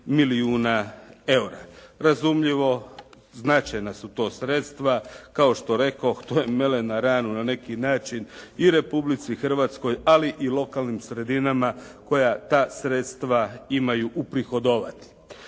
milijuna EUR-a. Razumljivo značajna su to sredstva. Kao što rekoh to je melem na ranu na neki način i Republici Hrvatskoj ali i lokalnim sredinama koja ta sredstva imaju uprihodovati.